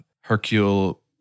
Hercule